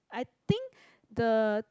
I think the